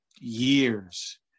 years